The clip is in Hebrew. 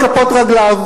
רק הצטלמו אתו.